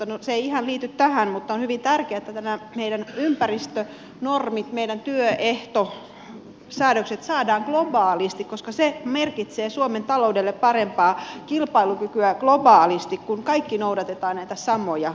no se ei ihan liity tähän mutta on hyvin tärkeätä että nämä meidän ympäristönormit ja työehtosäädökset saadaan globaaleiksi koska se merkitsee suomen taloudelle parempaa kilpailukykyä globaalisti kun kaikki noudatamme näitä samoja ehtoja